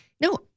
No